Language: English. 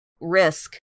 risk